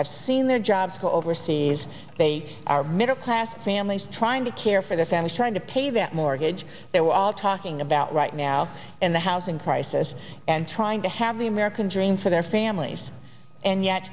have seen their jobs go overseas they are middle class families trying to care for their families trying to pay that mortgage they were all talking about right now in the housing crisis and trying to have the american dream for their families and yet